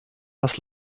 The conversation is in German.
was